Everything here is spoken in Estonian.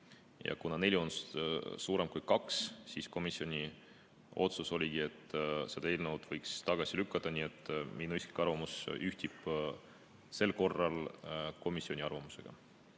Ja kuna neli on suurem kui kaks, siis komisjoni otsus oligi, et selle eelnõu võiks tagasi lükata. Nii et minu isiklik arvamus ühtib sel korral komisjoni arvamusega.